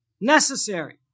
necessary